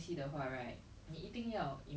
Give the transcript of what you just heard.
you know this is a vicious cycle that never ends lah